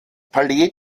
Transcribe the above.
palais